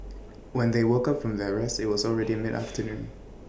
when they woke up from their rest IT was already midafternoon